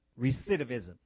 recidivism